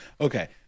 Okay